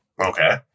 Okay